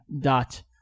dot